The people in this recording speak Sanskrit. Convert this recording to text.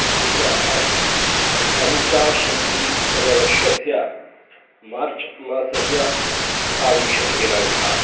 अधिक अष् पञ्चाशीतिः तमवर्षस्य मार्च् मासस्य अष्टाविंशतिदिनाङ्कः